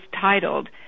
titled